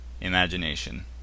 imagination